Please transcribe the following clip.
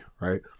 right